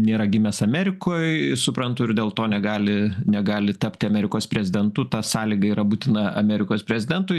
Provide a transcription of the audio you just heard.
nėra gimęs amerikoj suprantu ir dėl to negali negali tapti amerikos prezidentu ta sąlyga yra būtina amerikos prezidentui